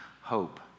hope